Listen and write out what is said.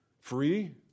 free